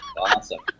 Awesome